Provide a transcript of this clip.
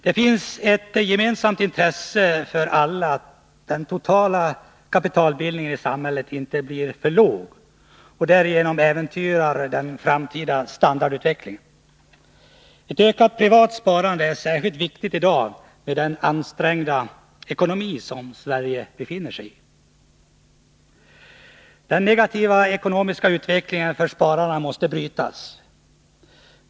Vi har alla ett intresse av att den totala kapitalbildningen i samhället inte blir för låg, vilket skulle kunna äventyra den framtida standardutvecklingen. En ökning av det privata sparandet är särskilt viktigt i dag med tanke på Sveriges ansträngda ekonomi. Den negativa ekonomiska utvecklingen för spararen måste brytas.